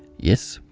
yes,